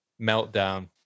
meltdown